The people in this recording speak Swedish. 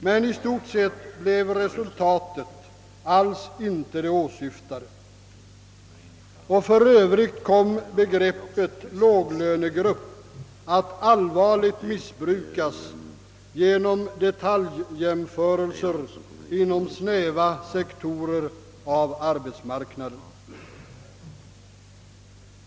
Men i stort sett blev resultatet alls inte det åsyftade. För övrigt kom begreppet låglönegrupp att allvarligt missbrukas genom detaljjämförelser inom snäva sektorer av arbetsmarknaden.